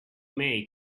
may